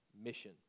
mission